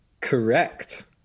correct